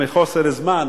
מחוסר זמן